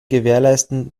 gewährleisten